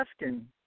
asking